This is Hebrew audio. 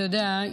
אתה יודע,